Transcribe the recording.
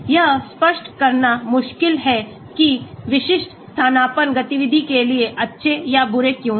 यह स्पष्ट करना मुश्किल है कि विशिष्ट स्थानापन्न गतिविधि के लिए अच्छे या बुरे क्यों हैं